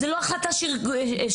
זו לא החלטה שרירותית,